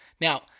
now